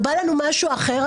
בא לנו משהו אחר,